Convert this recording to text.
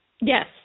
Yes